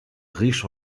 riche